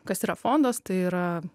kas yra fondas tai yra